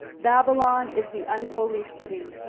babylon is the unholy city,